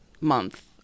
month